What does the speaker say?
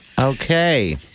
Okay